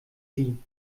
sie